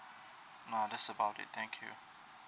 ah thta's about it thank you